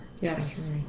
Yes